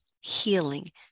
healing